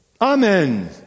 Amen